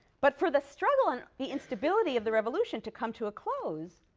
but for the struggle and the instability of the revolution to come to a close,